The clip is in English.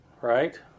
right